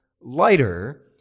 lighter